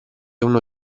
uno